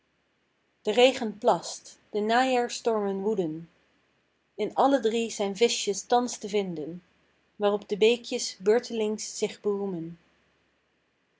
de regen plast de najaarsstormen woeden in alle drie zijn vischjes thans te vinden waarop de beekjes beurtelings zich beroemen